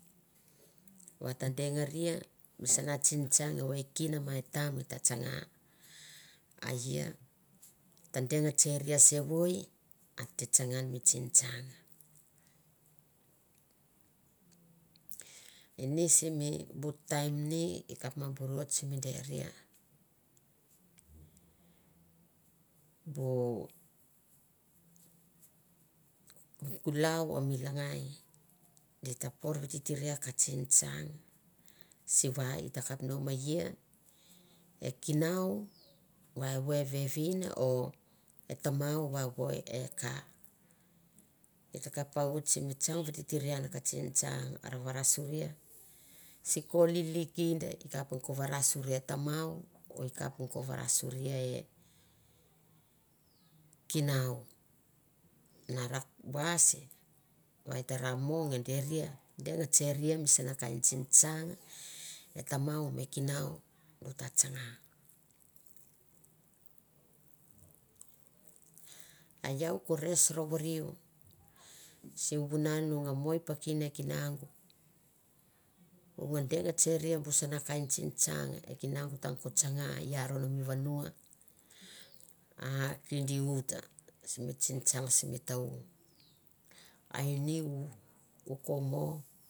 Va ta dengaria misana tsinstang evoi e kin ma e tam i ta tsanga, a ia ta deng tseria sevoi, a te tsanga an mi tsingtsang. Ini simi bu taim ni i kap mo bur oit simi deria bu kulau o mi langai di ta por vititiria ka tsingtsang, sivai e ta kap nume ia, e kinau va evoi e vevin o va evoi e ka, e ta kap oit na tsang vititiria ka tsingtsang ar varasuria siko lili kinda i kap ko varasoria e tamau o varasuri e kinau na ra vaisi, va e ta ra mo nge deria, deng vetseria misana kain tsintsang e tamau me kinau du ta tsanga. A iau ko res rovoriu sivunan o nga mo i pikin e kinaung u nga deng tseria bu sana kain tsintsang e kinaung tang ko tsanga i aron mi vanua, a kindi uta, simi tsinstang simi ta- u. A ini u- ko mo.